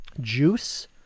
juice